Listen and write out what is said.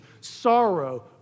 sorrow